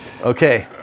Okay